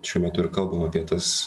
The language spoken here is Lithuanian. šiuo metu ir kalbam apie tas